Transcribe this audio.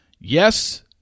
Yes